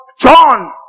John